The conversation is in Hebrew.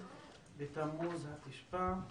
בתמוז התשפ"א,